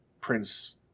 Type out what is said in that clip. prince